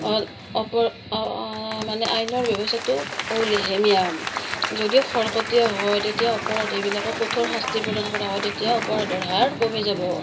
মানে আইনৰ ব্যৱস্থাটো বৰ লেহেমীয়া যদি খৰতকীয়া হয় তেতিয়া অপৰাধীবিলাকক কঠোৰ শাস্তি প্ৰদান কৰা হয় তেতিয়া অপৰাধৰ হাৰ কমি যাব